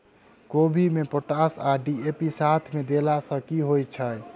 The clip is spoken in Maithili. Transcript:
कोबी मे पोटाश आ डी.ए.पी साथ मे देला सऽ की होइ छै?